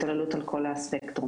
התעללות על כל הספקטרום.